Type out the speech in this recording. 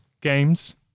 games